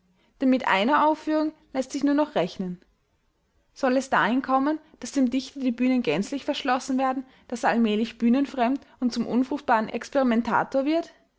denn mit einer aufführung läßt sich nur noch rechnen soll es dahin kommen daß dem dichter die bühnen gänzlich verschlossen werden daß er allmählich bühnenfremd und zum unfruchtbaren experimentator wird